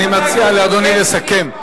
אני מציע לאדוני לסכם.